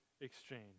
exchange